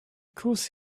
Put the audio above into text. course